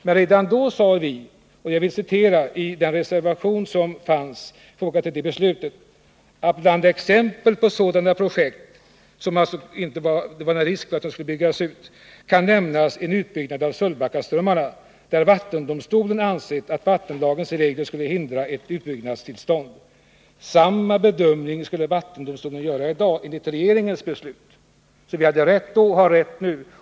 Men redan då uttalade vi i vår reservation: ”Bland exempel på sådana projekt” — alltså projekt som det inte var någon risk skulle komma till stånd — ”kan nämnas en utbyggnad av Sölvbackaströmmarna där vattendomstolen ansett att vattenlagens regler skulle hindra ett utbyggnadstillstånd.” Samma bedömning skulle vattendomstolen enligt regeringens beslut göra i dag. Vi hade alltså rätt då, och vi har rätt nu.